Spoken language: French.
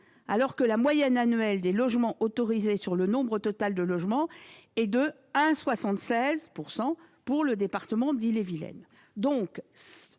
alors que la moyenne annuelle des logements autorisés sur le nombre total de logements est de 1,76 % pour le département d'Ille-et-Vilaine.